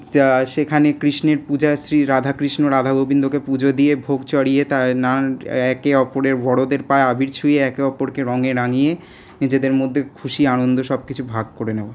সেখানে কৃষ্ণের পূজা শ্রী রাধাকৃষ্ণ রাধাগোবিন্দকে পুজো দিয়ে ভোগ চড়িয়ে একে অপরের বড়দের পায়ে আবির ছুঁয়ে একে অপরকে রঙে রাঙিয়ে নিজেদের মধ্যে খুশি আনন্দ সবকিছু ভাগ করে নেওয়া